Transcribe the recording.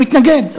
הוא התנגד,